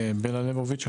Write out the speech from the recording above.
בלה ליבוביץ'.